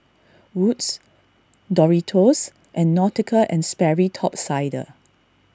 Wood's Doritos and Nautica and Sperry Top Sider